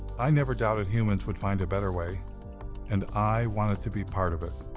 i never doubted humans would find a better way and i wanted to be part of it.